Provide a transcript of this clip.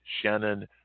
Shannon